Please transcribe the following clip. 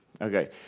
Okay